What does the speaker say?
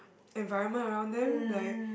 environment around them like